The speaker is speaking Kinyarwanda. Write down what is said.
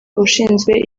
ushinzwe